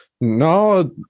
no